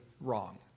wrong